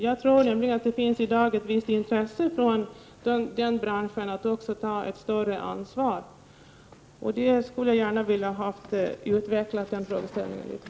Jag tror nämligen att det i dag finns ett visst intresse från den branschen att ta större ansvar i dessa sammanhang. Jag skulle gärna vilja att statsrådet utvecklade den frågeställningen litet.